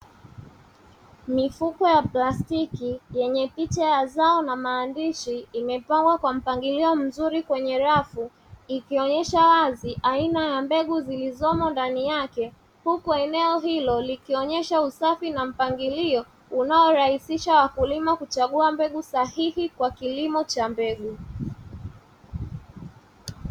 Mifuko ya plastiki yenye picha ya zao na maandishi, imepangwa kwa mpangilio mzuri kwenye rafu ikionyesha wazi aina ya mbegu zilizomo ndani yake, huku eneo hilo likionyesha usafi na mpangilio unaorahisisha wakulima kuchagua mbegu sahihi kwa kilimo cha mbegu.